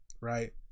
Right